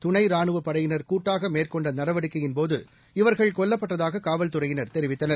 துணை ரானுவ்ப படையினர் கூட்டாக மேற்கொண்ட நடவடிக்கையின்போது இவர்கள் கொல்லப்பட்டதாக காவல்துறையினர் தெரிவித்தனர்